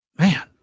Man